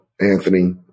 Anthony